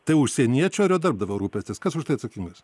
tai užsieniečio ar darbdavio rūpestis kas už tai atsakingas